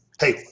hey